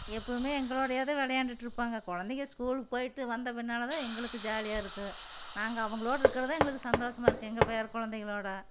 எப்போவுமே எங்களோடையேதான் விளையாண்டுட்ருப்பாங்க குழந்தைங்க ஸ்கூலுக்கு போயிவிட்டு வந்த பின்னால்தான் எங்களுக்கு ஜாலியாக இருக்கும் நாங்கள் அவங்களோட இருக்கிறதுதான் எங்களுக்கு சந்தோஷமாக இருக்கும் எங்கள் பேரக்குழந்தைகளோட